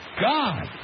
God